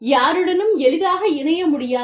யாருடனும் எளிதாக இணைய முடியாது